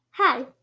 Hi